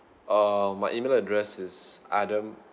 err my email address is adam